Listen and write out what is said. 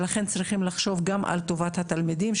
ולכן צריכים לחשוב גם על טובת התלמידים,